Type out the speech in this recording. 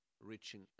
reaching